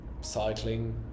cycling